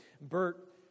Bert